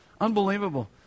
Unbelievable